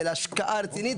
ולהשקעה רצינית,